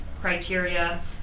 criteria